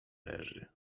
leży